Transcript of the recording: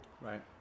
right